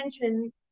attention